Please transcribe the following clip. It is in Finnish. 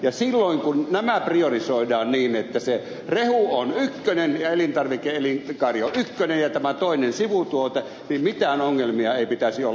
ja silloin kun nämä priorisoidaan niin että se rehu on ykkönen elintarvike elinkaari on ykkönen ja tämä toinen on sivutuote niin mitään ongelmia ei pitäisi olla